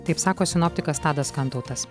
taip sako sinoptikas tadas kantautas